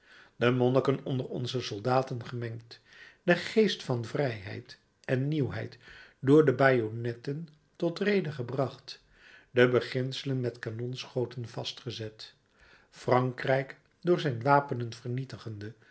de monniken onder onze soldaten gemengd de geest van vrijheid en nieuwheid door de bajonetten tot rede gebracht de beginselen met kanonschoten vastgezet frankrijk door zijn wapenen vernietigende